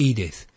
Edith